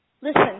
listen